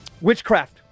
witchcraft